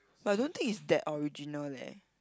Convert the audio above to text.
but I don't think is that original leh